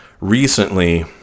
recently